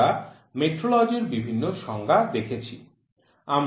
আমরা মেট্রোলজির বিভিন্ন সংজ্ঞা দেখেছি